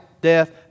death